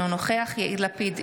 אינו נוכח יאיר לפיד,